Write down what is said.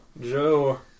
Joe